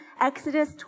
Exodus